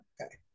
Okay